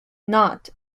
not